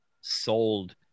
sold